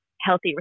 healthy